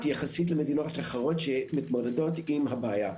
יחסית למדינות אחרות שמתמודדות עם הבעיה.